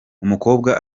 umukobwa